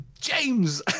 James